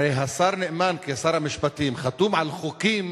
הרי השר נאמן, כשר המשפטים, חתום על חוקים